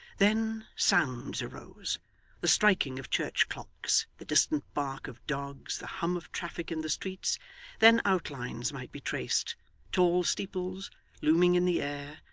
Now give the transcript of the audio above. then, sounds arose the striking of church clocks, the distant bark of dogs, the hum of traffic in the streets then outlines might be traced tall steeples looming in the air,